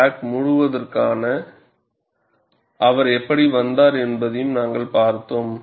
crack மூடுவதற்கு அவர் எப்படி வந்தார் என்பதையும் நாங்கள் பார்த்தோம்